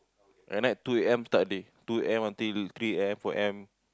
at night two A_M start the day two A_M until three A_M four A_M